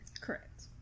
Correct